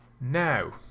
Now